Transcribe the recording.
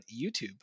YouTube